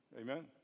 Amen